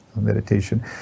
meditation